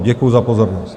Děkuji za pozornost.